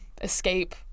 Escape